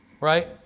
right